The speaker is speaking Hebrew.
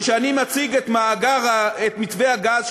וכשאני מציג את מתווה הגז,